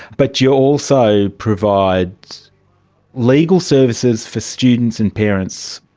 but you also provide legal services for students and parents.